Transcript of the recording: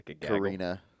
Karina